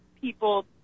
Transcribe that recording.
people